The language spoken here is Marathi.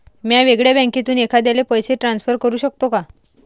म्या वेगळ्या बँकेतून एखाद्याला पैसे ट्रान्सफर करू शकतो का?